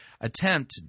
attempt